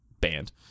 banned